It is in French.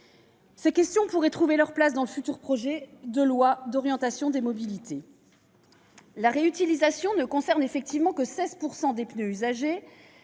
Ces questions pourraient trouver leur place dans le futur projet de loi d'orientation des mobilités. La réutilisation ne concernant que 16 % des pneus usagés,